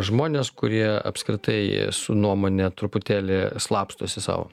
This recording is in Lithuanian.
žmones kurie apskritai su nuomone truputėlį slapstosi sau